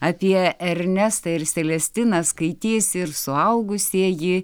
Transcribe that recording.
apie ernestą ir selestiną skaitys ir suaugusieji